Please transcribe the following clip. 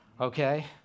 okay